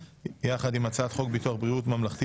יחד עם הצעת חוק ביטוח בריאות ממלכתי